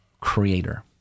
creator